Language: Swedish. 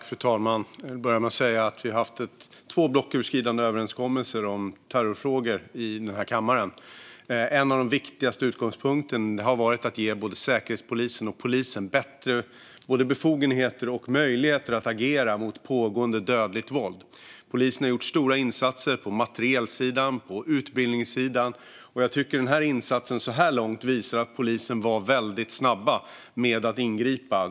Fru talman! Vi har haft två blocköverskridande överenskommelser om terrorfrågor i den här kammaren. En av de viktigaste utgångspunkterna har varit att ge Säkerhetspolisen och polisen bättre både befogenheter och möjligheter att agera mot pågående dödligt våld. Polisen har gjort stora insatser på materielsidan och på utbildningssidan. Jag tycker att den här insatsen så här långt visar att polisen var väldigt snabba att ingripa.